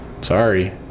Sorry